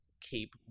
keep